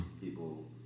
people